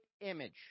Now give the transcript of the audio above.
image